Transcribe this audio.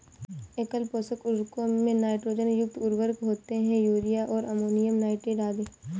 एकल पोषक उर्वरकों में नाइट्रोजन युक्त उर्वरक होते है, यूरिया और अमोनियम नाइट्रेट आदि